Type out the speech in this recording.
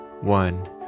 one